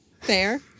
fair